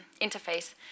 interface